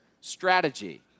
strategy